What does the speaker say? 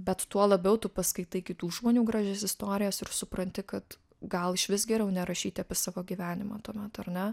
bet tuo labiau tu paskaitai kitų žmonių gražias istorijas ir supranti kad gal išvis geriau nerašyti apie savo gyvenimą tuomet ar ne